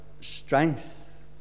strength